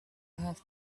have